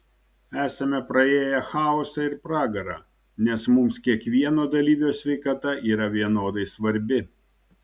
esame praėję chaosą ir pragarą nes mums kiekvieno dalyvio sveikata yra vienodai svarbi